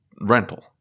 rental